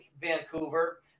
Vancouver